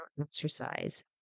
exercise